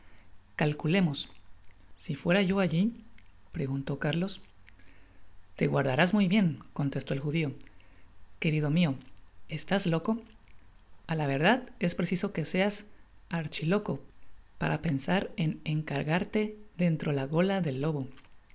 calculemos si fuera yo alli preguntó garlos te guardarás muy bien contestó el judio querido mio estás loco a la verdad es preciso que seas arch loco para pensar en encagarte dentro la gola del lobo